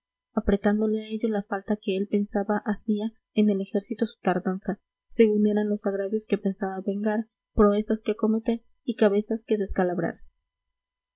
apretándole a ello la falta que él pensaba hacía en el ejército su tardanza según eran los agravios que pensaba vengar proezas que acometer y cabezas que descalabrar